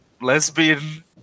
lesbian